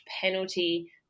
penalty